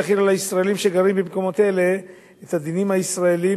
להחיל על הישראלים שגרים במקומות אלה את הדינים הישראליים,